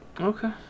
Okay